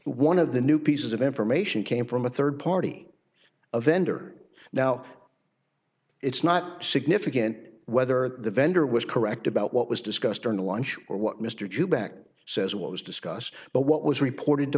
one of the new pieces of information came from a third party a vendor now it's not significant whether the vendor was correct about what was discussed during the lunch or what mr toback says what was discussed but what was report